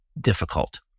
difficult